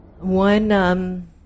One